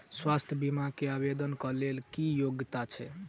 स्वास्थ्य बीमा केँ आवेदन कऽ लेल की योग्यता छै?